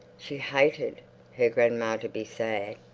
she hated her grandma to be sad.